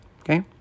Okay